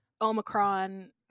Omicron